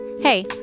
hey